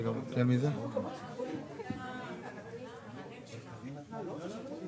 מה שעומד כרגע זה אותם צווים שהקראנו אתמול עם התיקונים,